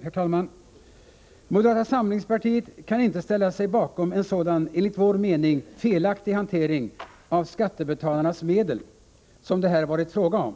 Herr talman! Moderata samlingspartiet kan inte ställa sig bakom en sådan, enligt vår mening, felaktig hantering av skattebetalarnas medel som det här varit fråga om.